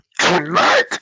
tonight